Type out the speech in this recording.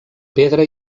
pedra